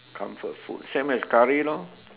comfort food same as curry lor